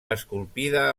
esculpida